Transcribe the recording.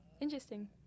interesting